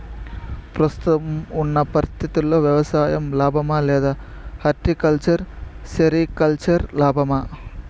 ప్రస్తుతం ఉన్న పరిస్థితుల్లో వ్యవసాయం లాభమా? లేదా హార్టికల్చర్, సెరికల్చర్ లాభమా?